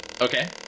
Okay